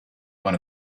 one